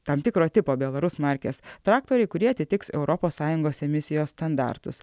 tam tikro tipo belarus markės traktoriai kurie atitiks europos sąjungos emisijos standartus